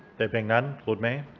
there being none, lord mayor?